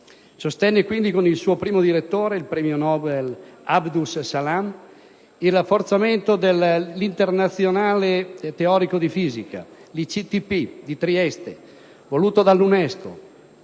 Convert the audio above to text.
Sostenne quindi, con il suo primo direttore, il premio Nobel Abdus Salam, il rafforzamento del Centro internazionale di fisica teorica (ICTP), di Trieste, voluto dall'UNESCO;